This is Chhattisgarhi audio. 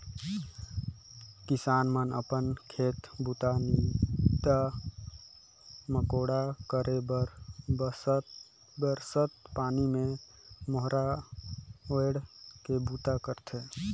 किसान मन अपन खेत बूता, नीदा मकोड़ा करे बर बरसत पानी मे खोम्हरा ओएढ़ के बूता करथे